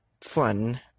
fun